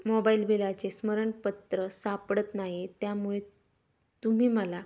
mobile बिलाचे स्मरणपत्र सापडत नाही त्यामुळे तुम्ही मला